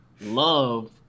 love